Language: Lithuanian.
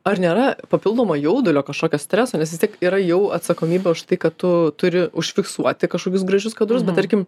ar nėra papildomo jaudulio kažkokio streso nes vis tiek yra jau atsakomybė už tai kad tu turi užfiksuoti kažkokius gražius kadrus bet tarkim